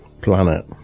planet